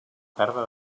perdre